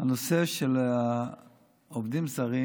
הנושא של העובדים הזרים